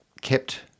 kept